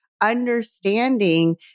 understanding